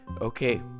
Okay